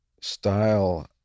style